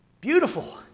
beautiful